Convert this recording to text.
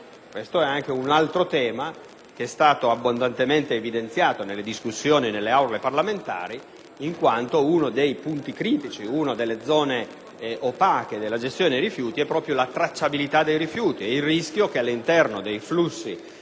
stessi. Anche questo tema è stato abbondantemente evidenziato nelle discussioni nelle Aule parlamentari, in quanto uno dei punti critici, una delle zone opache della gestione dei rifiuti è proprio la loro tracciabilità e il rischio che, all'interno dei flussi